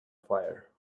fire